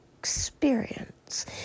experience